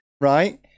right